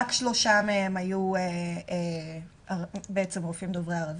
רק שלושה מהם היו רופאים דוברי ערבית,